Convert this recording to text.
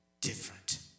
different